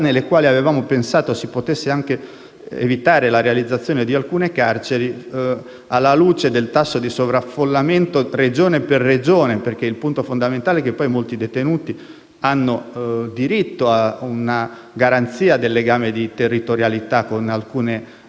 evitare la realizzazione di alcune carceri, ma bisogna considerare il tasso di sovraffollamento Regione per Regione perché il punto fondamentale è che molti detenuti hanno diritto ad una garanzia del legame territoriale con alcune realtà. Ebbene, questo